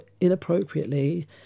inappropriately